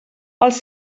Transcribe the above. als